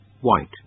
White